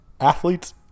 Athletes